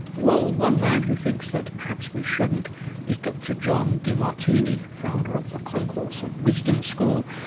well, one man who thinks that perhaps we shouldn't is dr john demartini, founder of the concourse of wisdom school,